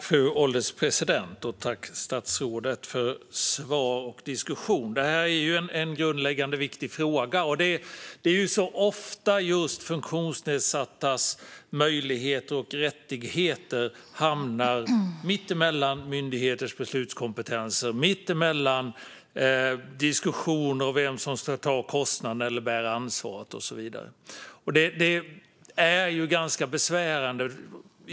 Fru ålderspresident! Tack, statsrådet, för svar och diskussion! Detta är ju en grundläggande och viktig fråga. Det är ju ofta som just funktionsnedsattas möjligheter och rättigheter hamnar mitt emellan myndigheters beslutskompetenser och mitt emellan i diskussioner om vem som ska ta kostnaderna eller bära ansvaret. Detta är ju ganska besvärande.